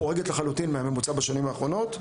חורגת לחלוטין מהממוצע בשנים האחרונות,